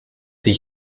sie